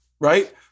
Right